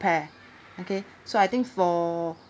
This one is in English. ~pair okay so I think for